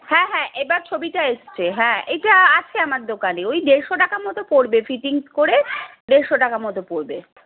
হ্যাঁ হ্যাঁ এবার ছবিটা এসছে হ্যাঁ এটা আছে আমার দোকানে ওই দেড়শো টাকার মতো পড়বে ফিটিংস করে দেড়শো টাকা মতো পড়বে